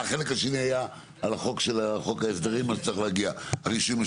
החלק השני היה על החוק של חוק ההסדרים אז צריך להגיע משולב.